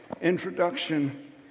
introduction